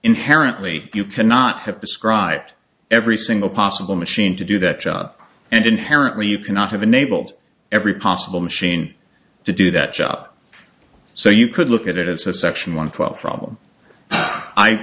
inherently you cannot have described every single possible machine to do that job and inherently you cannot have enabled every possible machine to do that job so you could look at it as a section one twelve problem i